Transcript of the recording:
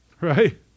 Right